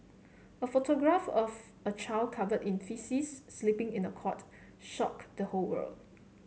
a photograph of a child covered in faeces sleeping in a cot shocked the whole world